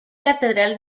catedral